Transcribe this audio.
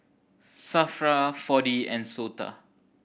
SAFRA Four D and SOTA